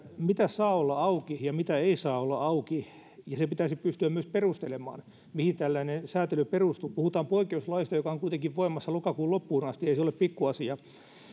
mitä saa olla auki ja mitä ei saa olla auki pitäisi pystyä myös perustelemaan mihin tällainen sääntely perustuu puhutaan poikkeuslaista joka on kuitenkin voimassa lokakuun loppuun asti ei se ole pikkuasia